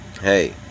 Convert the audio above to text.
hey